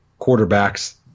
quarterbacks